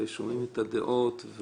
שומעים את הדעות,